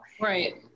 Right